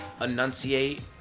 enunciate